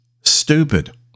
stupid